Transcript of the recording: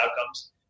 outcomes